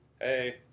hey